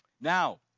Now